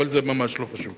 אבל זה ממש לא חשוב.